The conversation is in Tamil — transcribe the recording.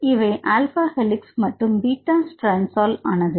இவை அல்ஃபா ஹெளிக்ஸ் மற்றும் பீட்டா ஸ்ட்ராண்ட்ஸ்ஆல் ஆனது